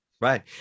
Right